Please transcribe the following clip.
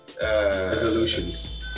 Resolutions